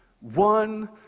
One